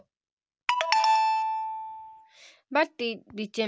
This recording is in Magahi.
मोबाईल के कोइ एप है जो कि रोजाना के बाजार मुलय बता सकले हे?